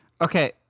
Okay